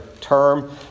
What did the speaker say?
term